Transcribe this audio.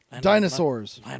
Dinosaurs